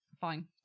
Fine